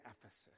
Ephesus